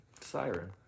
Siren